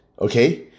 Okay